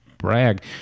Brag